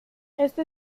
este